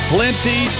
Plenty